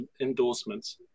endorsements